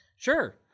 Sure